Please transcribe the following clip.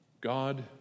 God